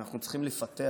אנחנו צריכים לפתח.